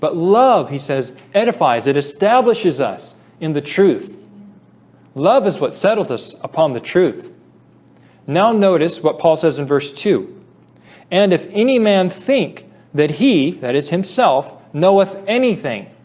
but love he says edifies it establishes us in the truth love is what settled us upon the truth now notice what paul says in verse two and if any man think that he that is himself knoweth anything